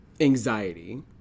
anxiety